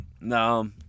No